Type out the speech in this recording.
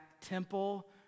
temple